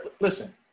Listen